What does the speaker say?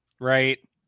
right